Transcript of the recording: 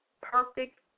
perfect